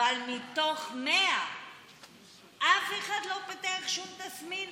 אבל מתוך 100 אף אחד לא פיתח שום תסמין?